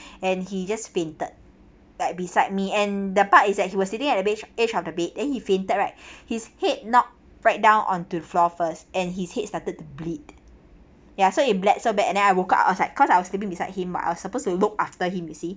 and he just fainted like beside me and that part is that he was sitting at the edge edge of the bed and he fainted right his head knocked right down onto floor first and his head started to bleed ya so he bled so bad and I woke up I was like because I was sleeping beside him but I was supposed to look after him you see